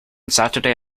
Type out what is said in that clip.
saturday